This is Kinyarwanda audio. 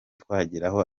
twageraho